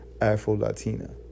Afro-Latina